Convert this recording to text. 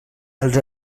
els